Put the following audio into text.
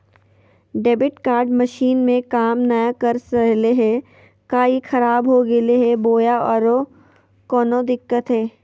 Debit card machine में काम नाय कर रहले है, का ई खराब हो गेलै है बोया औरों कोनो दिक्कत है?